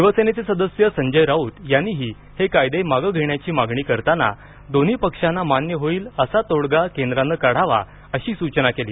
शिवसेनेचे सदस्य संजय राऊत यांनीही हे कायदे मागं घेण्याची मागणी करताना दोन्ही पक्षांना मान्य होईल असा तोडगा केंद्रानं काढावा अशी सूचना केली